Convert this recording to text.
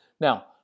Now